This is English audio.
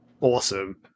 Awesome